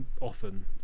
often